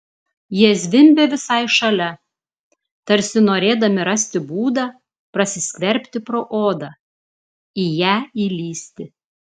jie zvimbė visai šalia tarsi norėdami rasti būdą prasiskverbti pro odą į ją įlįsti